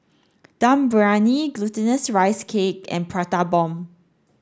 Dum Briyani glutinous rice cake and prata bomb